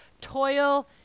toil